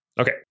Okay